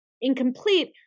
incomplete